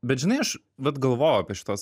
bet žinai aš vat galvojau apie šituos